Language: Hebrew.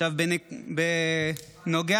נראה